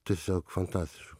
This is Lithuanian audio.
tiesiog fantastiško